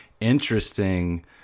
Interesting